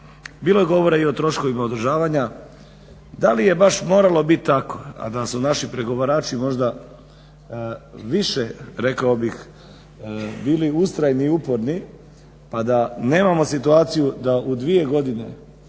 Bilo je govora i o troškovima održavanja, da li je baš moralo biti tako a da su naši pregovarači možda više rekao bih bili ustrajni i uporni pa da nemamo situaciju da u dvije godine,